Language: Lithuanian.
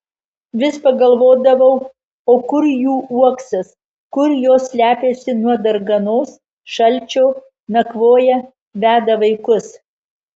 vis pagalvodavau o kur jų uoksas kur jos slepiasi nuo darganos šalčio nakvoja veda vaikus